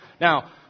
Now